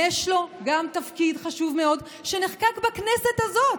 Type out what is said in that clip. יש לו גם תפקיד חשוב מאוד שנחקק בכנסת הזאת.